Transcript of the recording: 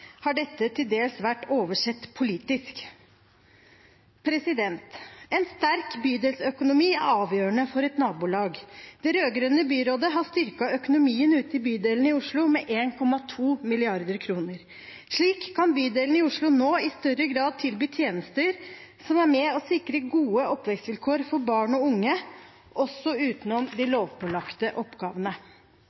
har dette til dels vært oversett politisk.» En sterk bydelsøkonomi er avgjørende for et nabolag. Det rød-grønne byrådet har styrket økonomien ute i bydelene i Oslo med 1,2 mrd. kr. Slik kan bydelene i Oslo nå i større grad tilby tjenester som er med på å sikre gode oppvekstvilkår for barn og unge, også utenom de lovpålagte oppgavene.